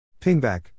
Pingback